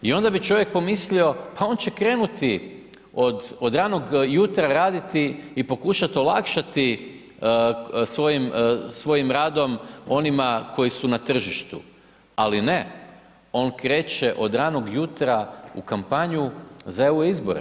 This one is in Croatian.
I onda bi čovjek pomislio, pa on će krenuti od ranog jutra raditi i pokušati olakšati svojim radom onima koji su na tržištu, ali ne, on kreće od ranog jutra u kampanju za EU izbore.